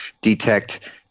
detect